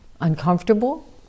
uncomfortable